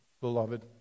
beloved